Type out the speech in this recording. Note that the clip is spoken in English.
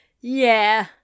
Yeah